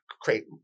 create